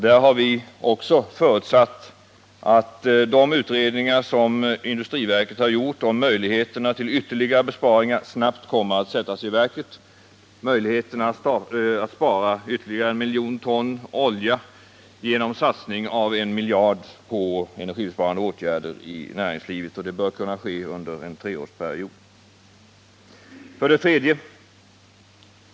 Vi har också förutsatt att de utredningar som industriverket har gjort om möjligheterna till ytterligare besparingar snabbt kommer att leda till resultat. Det gäller att ta till vara möjligheterna att spara ytterligare 1 miljon ton olja genom satsning av 1 miljard kronor på energibesparande åtgärder i näringslivet. Det bör kunna ske under en treårsperiod. 3.